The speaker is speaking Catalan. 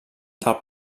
del